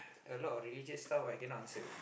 a lot of religious stuff I cannot answer